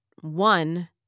one